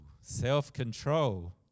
self-control